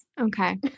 Okay